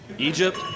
Egypt